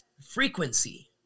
frequency